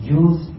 use